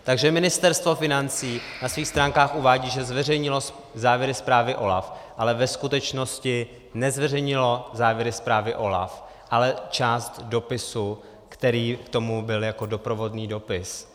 Takže Ministerstvo financí na svých stránkách uvádí, že zveřejnilo závěry zprávy OLAF, ale ve skutečnosti nezveřejnilo závěry zprávy OLAF, ale část dopisu, který k tomu byl jako doprovodný dopis.